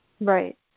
right